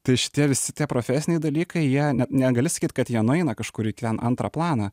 tai šitie visi tie profesiniai dalykai jie negali sakyt kad jie nueina kažkur į ten antrą planą